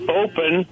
open